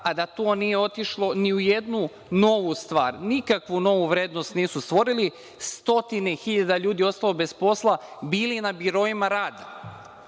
a da to nije otišlo ni u jednu novu stvar. Nikakvu novu vrednost nisu stvorili. Stotine hiljada ljudi ostalo bez posla, bili na biroima rada.